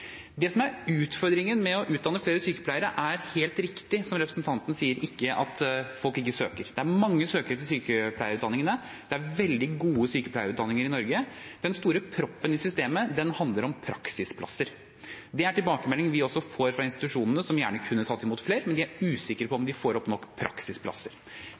Det som er utfordringen med å utdanne flere sykepleiere, er, som representanten helt riktig sier, ikke at folk ikke søker. Det er mange søkere til sykepleierutdanningene, det er veldig gode sykepleierutdanninger i Norge. Den store proppen i systemet handler om praksisplasser. Det er tilbakemeldinger vi også får fra institusjonene, som gjerne kunne tatt imot flere, men de er usikre på om de får nok praksisplasser.